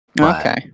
Okay